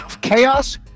chaos